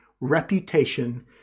reputation